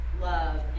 love